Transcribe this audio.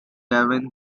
devin